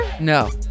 no